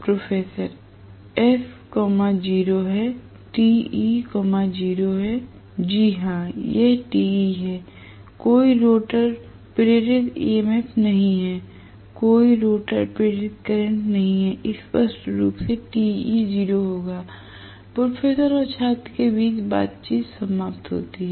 professor S 0 है Te 0 है जी हाँ यह Te है कोई रोटर प्रेरित ईएमएफ नहीं है कोई रोटर प्रेरित करंट नहीं है इसलिए स्पष्ट रूप से Te 0 होगा प्रोफेसर और छात्र के बीच बातचीत समाप्त होती है